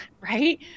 right